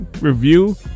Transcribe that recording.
review